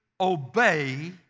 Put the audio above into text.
obey